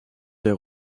der